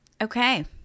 Okay